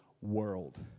world